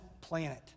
planet